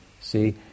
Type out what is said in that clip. see